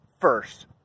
first